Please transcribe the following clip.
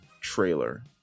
trailer